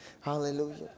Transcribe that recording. Hallelujah